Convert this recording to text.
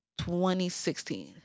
2016